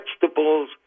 vegetables